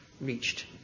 reached